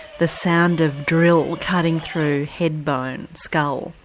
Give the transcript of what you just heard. the sound of drill cutting through head bones, skull.